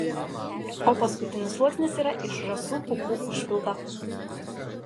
o paskutinis sluoksnis yra iš žąsų pūkų užpildo